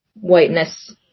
whiteness